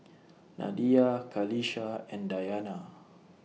Nadia Qalisha and Dayana